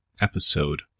episode